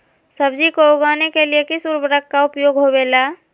सब्जी को उगाने के लिए किस उर्वरक का उपयोग होबेला?